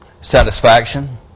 satisfaction